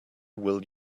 will